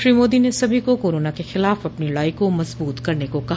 श्री मोदी ने सभी को कोरोना के खिलाफ अपनी लड़ाई को मजबूत करने के लिए कहा